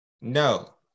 no